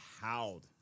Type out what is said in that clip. howled